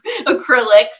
acrylics